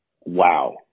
wow